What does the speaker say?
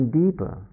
deeper